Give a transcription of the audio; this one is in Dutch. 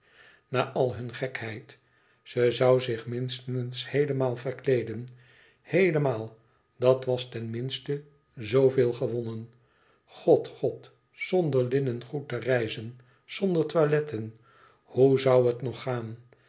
na al hun gekheid ze zoû zich minstens heelemaal verkleeden héélemaal dat was ten minste zoo veel gewonnen god god zonder linnengoed te reizen zonder toiletten hoe zoû het nog gaan